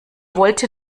wollte